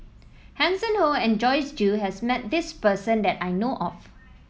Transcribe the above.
Hanson Ho and Joyce Jue has met this person that I know of